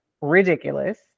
ridiculous